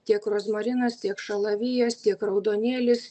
tiek rozmarinas tiek šalavijas tiek raudonėlis